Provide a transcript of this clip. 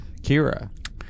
Kira